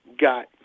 got